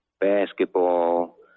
basketball